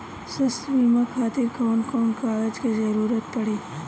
स्वास्थ्य बीमा खातिर कवन कवन कागज के जरुरत पड़ी?